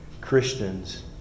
Christians